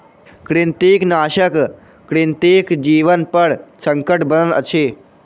कृंतकनाशक कृंतकक जीवनपर संकट बनल अछि